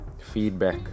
feedback